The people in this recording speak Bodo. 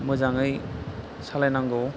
मोजाङै सालायनांगौ